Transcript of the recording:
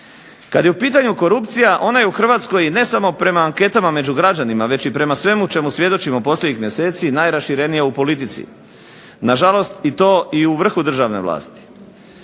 Kad je u pitanju korupcija ona je u Hrvatskoj ne samo prema anketama među građanima već i prema svemu čemu svjedočimo posljednjih mjeseci najraširenija u politici. Na žalost i to i u vrhu državne vlasti.